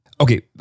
Okay